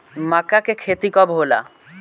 माका के खेती कब होला?